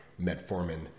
metformin